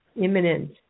imminent